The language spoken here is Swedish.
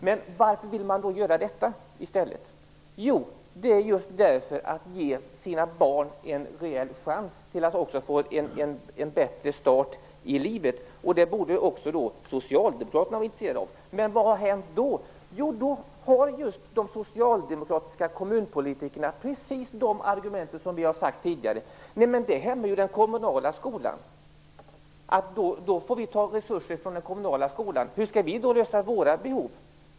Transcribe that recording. Varför vill man då starta muslimska skolor? Jo, man vill ge sina barn en rejäl chans till en bättre start i livet. Det borde också socialdemokraterna vara intresserade av. Men vad hände? Jo, då tillämpande de socialdemokratiska kommunpolitikerna precis de argument som tidigare har nämnts här. De har sagt att man då får ta resurser från den kommunala skolan, och hur skall den i så fall lösa sina behov?